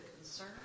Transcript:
concern